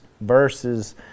verses